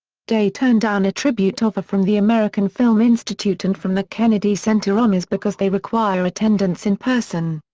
day turned down a tribute offer from the american film institute and from the kennedy center honors because they require attendance in person.